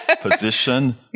position